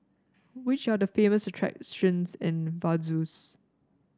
which are the famous attractions in Vaduz